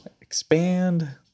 expand